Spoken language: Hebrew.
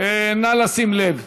נא לשים לב.